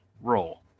Roll